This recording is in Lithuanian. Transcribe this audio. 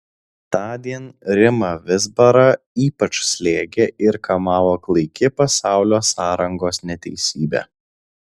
tądien rimą vizbarą ypač slėgė ir kamavo klaiki pasaulio sąrangos neteisybė